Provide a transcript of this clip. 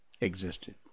existed